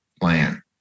plan